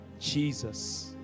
Jesus